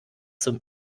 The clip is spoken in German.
zum